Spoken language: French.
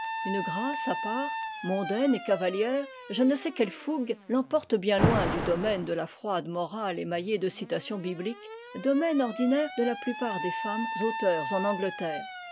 une grâce à part mondaine et cavalière je ne sais que ile fougue l'emporte bien loin du domaine de la froide morale émaillée de citations bibliques domaine ordinaire de la plupart des femmes auteurs en angleterre